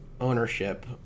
ownership